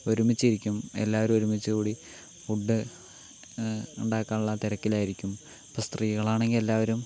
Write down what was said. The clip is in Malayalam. ഒരുമിച്ചിരിക്കും എല്ലാവരും ഒരുമിച്ച് കൂടി ഫുഡ് ഉണ്ടാക്കുവാനുള്ള തിരക്കിലായിരിക്കും ഇപ്പോൾ സ്ത്രീകളാണെങ്കിൽ എല്ലാവരും